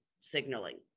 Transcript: signaling